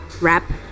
rap